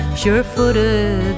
sure-footed